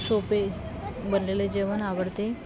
सोपे बनलेले जेवण आवडते